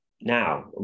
now